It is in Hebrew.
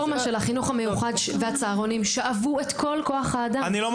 חברים ברשותכם, אני עובר